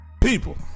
people